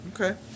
Okay